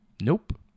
Nope